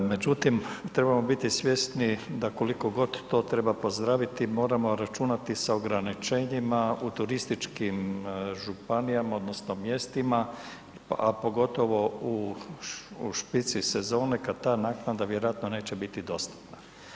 Međutim, trebamo biti svjesni da koliko god to treba pozdraviti, moramo računati sa ograničenjima u turističkim županijama odnosno mjestima, a pogotovo u špici sezone kad ta naknada vjerojatno neće biti dostatna.